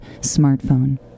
smartphone